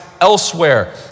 elsewhere